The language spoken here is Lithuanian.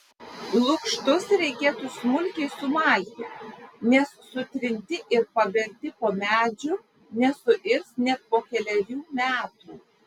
lukštus reikėtų smulkiai sumalti nes sutrinti ir paberti po medžiu nesuirs net po kelerių metų